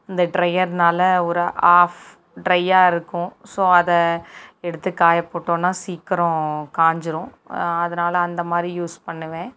இந்த ட்ரையர்னால் ஒரு ஆஃப் ட்ரையாருக்கும் ஸோ அதை எடுத்து காயப்போட்டோன்னா சீக்கிரம் காஞ்சிடும் அதனால் அந்தமாதிரி யூஸ் பண்ணுவேன்